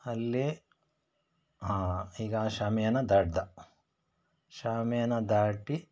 ಅಲ್ಲಿಆಂ ಈಗ ಶಾಮಿಯಾನ ದಾಟಿದ ಶಾಮಿಯಾನ ದಾಟಿ